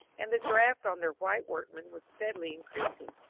and the draft on their white workmen was steadily increasing.